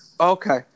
Okay